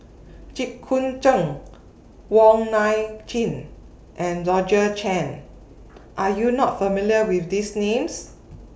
Jit Koon Ch'ng Wong Nai Chin and Georgette Chen Are YOU not familiar with These Names